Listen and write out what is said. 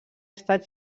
estat